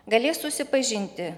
galės susipažinti